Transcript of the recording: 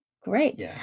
Great